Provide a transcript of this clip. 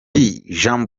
jean